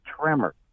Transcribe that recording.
tremor